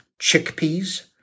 chickpeas